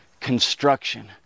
construction